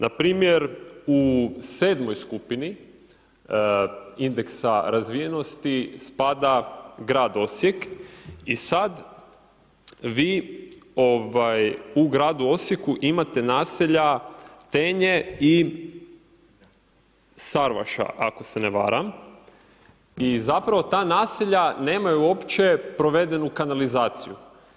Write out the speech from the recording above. Npr. u 7. skupini indeksa razvijenosti spada grad Osijek i sad vi u gradu Osijeku imate naselja Tenje i Sravaša, ako se ne varam i zapravo ta naselja nemaju uopće provedenu kanalizaciju.